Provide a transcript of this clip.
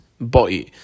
boy